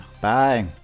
Bye